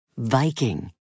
Viking